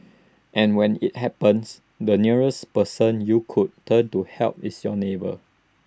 and when IT happens the nearest person you could turn to help is your neighbour